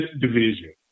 division